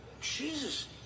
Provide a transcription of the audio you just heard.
Jesus